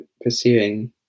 pursuing